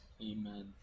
Amen